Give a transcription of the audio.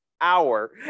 hour